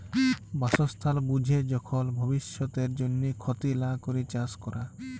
বাসস্থাল বুঝে যখল ভব্যিষতের জন্হে ক্ষতি লা ক্যরে চাস ক্যরা